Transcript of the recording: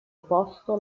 posto